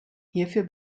hierfür